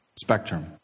spectrum